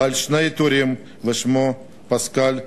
בעל שני עיטורים, ושמו פסקל אברהמי,